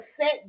set